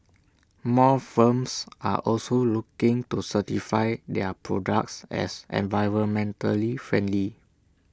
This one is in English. more firms are also looking to certify their products as environmentally friendly